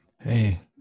Hey